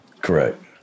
Correct